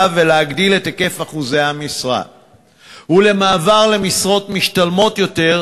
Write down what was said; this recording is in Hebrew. והגדלת היקף אחוזי המשרה ומעבר למשרות משתלמות יותר,